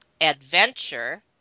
adventure